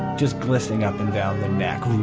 just glissing up and down the neck,